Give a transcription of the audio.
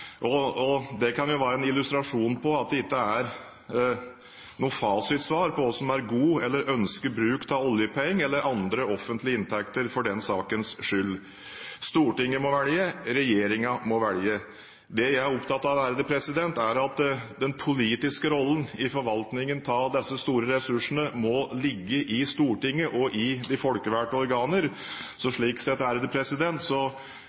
og utenfor Stortinget. Det kan være en illustrasjon på at det ikke er noe fasitsvar på hva som er god eller ønsket bruk av oljepenger eller av andre offentlige inntekter for den saks skyld. Stortinget må velge, regjeringen må velge. Det jeg er opptatt av, er at den politiske rollen i forvaltningen av disse store ressursene må ligge i Stortinget og i de folkevalgte organer. Slik sett mener jeg det